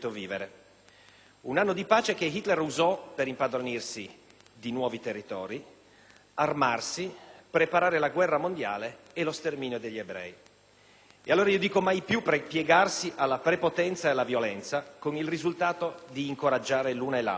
Un anno di pace che Hitler usò per impadronirsi di nuovi territori, armarsi, preparare la guerra mondiale e lo sterminio degli ebrei. Allora, mai più piegarsi alla prepotenza e alla violenza con il risultato di incoraggiare l'una e l'altra.